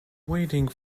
waiting